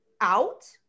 out